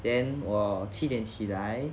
then 我七点起来